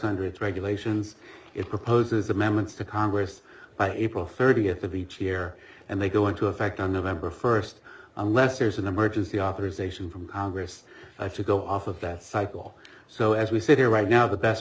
hundreds regulations it proposes amendments to congress by april thirtieth of each year and they go into effect on november first unless there's an emergency opposition from congress to go off of that cycle so as we sit here right now the best